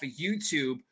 YouTube